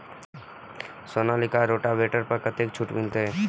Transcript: Sonalika rotavator पर कतेक छूट मिलते?